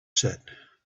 set